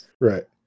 right